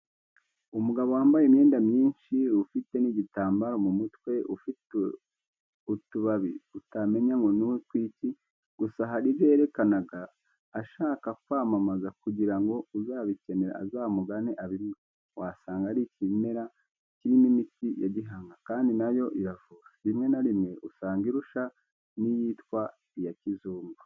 Umugabo wambaye imyenda myinshi, ufite n'igitambaro mu mutwe, ufite utubabi utamenya ngo ni utwiki. Gusa hari ibyo yerekanaga ashaka kwamamaza kugira ngo uzabikenera azamugane abimuhe, wasanga ari ikimera kirimo imiti ya gihanga. Kandi na yo iravura, rimwe na rimwe usanga irusha n'iyi twita iya kizungu.